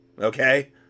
Okay